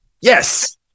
Yes